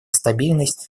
стабильность